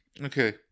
okay